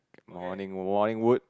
morning warning wood